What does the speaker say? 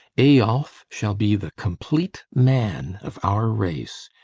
eyolf shall be the complete man of our race.